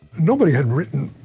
nobody had written,